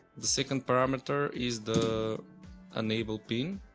the second parameter is the enable pin